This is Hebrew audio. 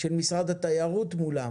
של משרד התיירות מולם